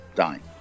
dying